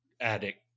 addict